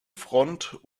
front